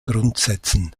grundsätzen